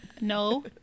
No